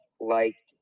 liked